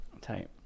Tight